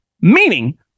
meaning